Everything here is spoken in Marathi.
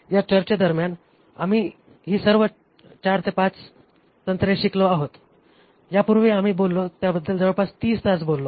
या चर्चेदरम्यान आम्ही ही सर्व 4 5 तंत्रे शिकलो आहोत आणि यापूर्वी आम्ही बोललो त्याबद्दल जवळपास 30 तास बोललो